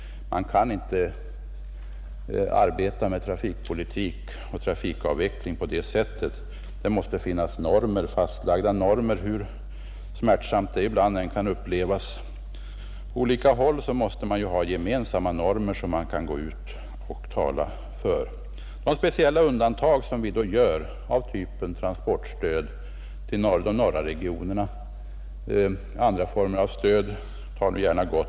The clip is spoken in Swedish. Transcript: Man kan inte arbeta med trafikpolitik och trafikavveckling på det sättet. Det måste finnas fastlagda — Nr 81 normer. Hur smärtsamt det ibland än kan upplevas på olika håll så måste Måndagen den man ha gemensamma normer som man kan gå ut och tala för. 10 maj 1971 De speciella undantag som vi då gör av typen transportstöd till de —=——— norra regionerna, ävensom andra former av stöd — ta nu gärna Gotland Ang.